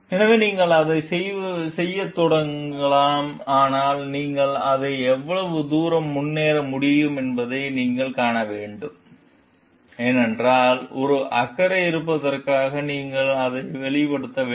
எனவே நீங்கள் அதைச் செய்யத் தொடங்கலாம் ஆனால் நீங்கள் அதை எவ்வளவு தூரம் முன்னேற முடியும் என்பதை நீங்கள் காண வேண்டும் ஏனென்றால் ஒரு அக்கறை இருப்பதற்காக நீங்களே அதை வெளிப்படுத்த வேண்டும்